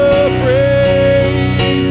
afraid